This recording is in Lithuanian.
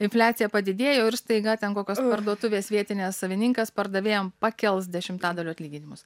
infliacija padidėjo ir staiga ten kokios parduotuvės vietinės savininkas pardavėjam pakels dešimtadaliu atlyginimus